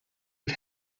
was